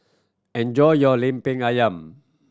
enjoy your Lemper Ayam